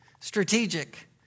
strategic